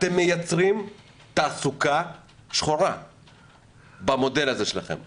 אתם מייצרים תעסוקה שחורה במודל הזה שלכם.